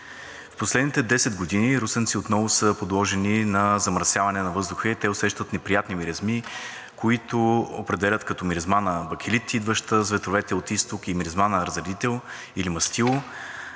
В последните 10 години русенци отново са подложени на замърсяване на въздуха и те усещат неприятни миризми, които определят като миризма на бакелит, идваща с ветровете от изток и миризма на разредител или мастило,